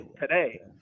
today